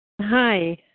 Hi